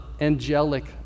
angelic